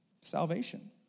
salvation